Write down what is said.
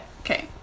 Okay